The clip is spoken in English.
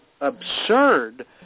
absurd